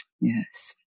Yes